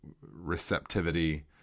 receptivity